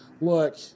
look